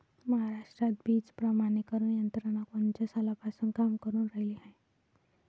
महाराष्ट्रात बीज प्रमानीकरण यंत्रना कोनच्या सालापासून काम करुन रायली हाये?